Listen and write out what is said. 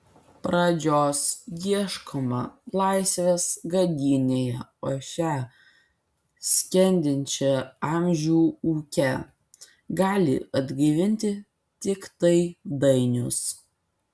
pradžios ieškoma laisvės gadynėje o šią skendinčią amžių ūke gali atgaivinti tiktai dainius